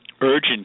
urgent